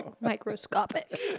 microscopic